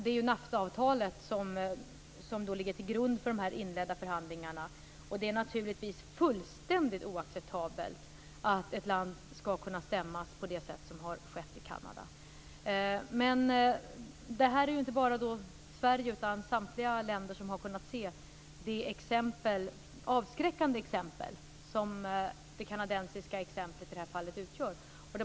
Det är NAFTA avtalet som ligger till grund för de inledda förhandlingarna. Det är fullständigt oacceptabelt att ett land skall kunna stämmas på det sätt som skett i Kanada. Det är inte bara Sverige utan samtliga länder som har kunnat se det avskräckande exempel som det kanadensiska exemplet utgör.